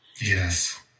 Yes